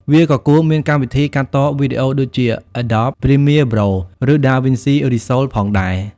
វាក៏គួរមានកម្មវិធីកាត់តវីដេអូដូចជា Adobe Premiere Pro ឬ DaVinci Resolve ផងដែរ។